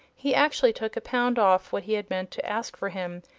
he actually took a pound off what he had meant to ask for him,